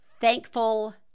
thankful